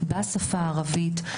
בשפה הערבית,